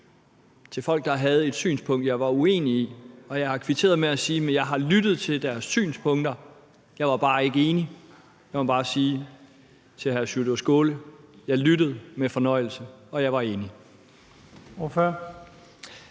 til folk, der havde et synspunkt, jeg var uenig i, og jeg har kvitteret med at sige, at jeg har lyttet til deres synspunkter, jeg er bare ikke enig. Jeg må bare sige til hr. Sjúrður Skaale: Jeg lyttede med fornøjelse, og jeg var enig.